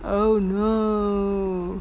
oh no